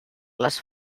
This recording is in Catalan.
les